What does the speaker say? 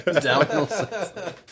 downhill